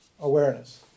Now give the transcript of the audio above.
awareness